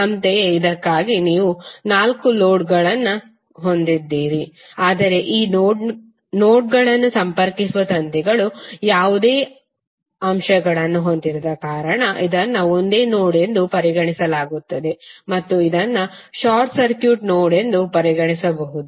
ಅಂತೆಯೇ ಇದಕ್ಕಾಗಿ ನೀವು ನಾಲ್ಕು ನೋಡ್ಗಳನ್ನು ಹೊಂದಿದ್ದೀರಿ ಆದರೆ ಈ ನೋಡ್ಗಳನ್ನು ಸಂಪರ್ಕಿಸುವ ತಂತಿಗಳು ಯಾವುದೇ ಅಂಶಗಳನ್ನು ಹೊಂದಿರದ ಕಾರಣ ಇದನ್ನು ಒಂದೇ ನೋಡ್ ಎಂದು ಪರಿಗಣಿಸಲಾಗುತ್ತದೆ ಮತ್ತು ಇದನ್ನು ಶಾರ್ಟ್ ಸರ್ಕ್ಯೂಟ್ ನೋಡ್ ಎಂದು ಪರಿಗಣಿಸಬಹುದು